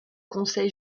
conseil